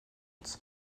ils